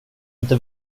inte